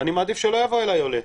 אני מעדיף שלא יבוא אליי עולה.